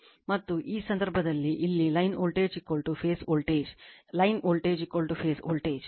ಮತ್ತು ಆ ಸಂದರ್ಭದಲ್ಲಿ ಇಲ್ಲಿ ಲೈನ್ ವೋಲ್ಟೇಜ್ ಫೇಸ್ ವೋಲ್ಟೇಜ್ ಯಾವ ಕಾಲ್ ಲೈನ್ ವೋಲ್ಟೇಜ್ ಫೇಸ್ ವೋಲ್ಟೇಜ್